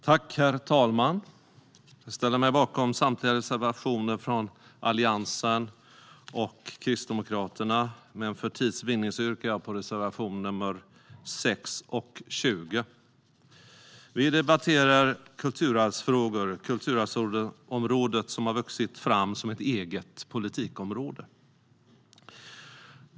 Herr talman! Jag ställer mig bakom samtliga reservationer från Alliansen och Kristdemokraterna, men för tids vinnande yrkar jag bifall endast till reservationerna 6 och 20. Vi debatterar kulturarvsfrågor. Kulturarvsområdet har vuxit fram som ett eget politikområde.